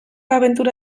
abentura